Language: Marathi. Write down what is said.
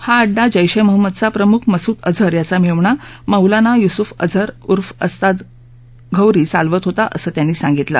हा अड्डा जेश ए महम्मदचा प्रमुख मसूद अझर याचा मेहणा मौलाना युसुफ अझर ऊर्फ उस्ताद घौरी चालवत होता असं त्यांनी सांगितलं